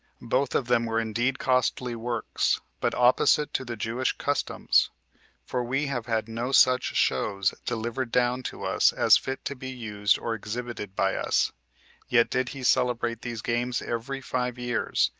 both of them were indeed costly works, but opposite to the jewish customs for we have had no such shows delivered down to us as fit to be used or exhibited by us yet did he celebrate these games every five years,